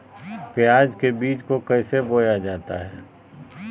प्याज के बीज को कैसे बोया जाता है?